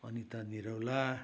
Anita Niraula